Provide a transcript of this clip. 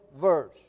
verse